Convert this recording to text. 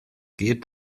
geht